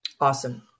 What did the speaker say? Awesome